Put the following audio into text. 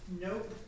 Nope